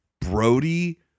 Brody